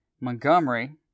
Montgomery